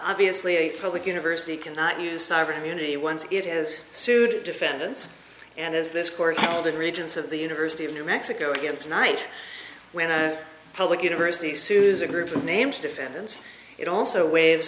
obviously a public university cannot use sovereign immunity once it has sued defendants and as this court held in regents of the university of new mexico against night when i public university sousa group names defendants it also waives